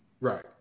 Right